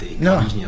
No